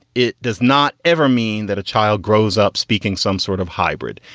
it does not ever mean that a child grows up speaking some sort of hybrid.